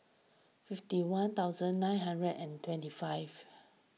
fifty one thousand nine hundred and twenty five